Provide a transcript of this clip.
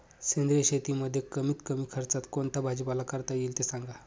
सेंद्रिय शेतीमध्ये कमीत कमी खर्चात कोणता भाजीपाला करता येईल ते सांगा